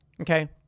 okay